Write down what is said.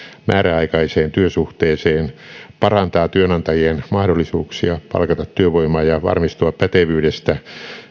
määräaikaiseen työsuhteeseen parantaa työnantajien mahdollisuuksia palkata työvoimaa ja varmistua pätevyydestä